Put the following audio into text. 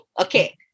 Okay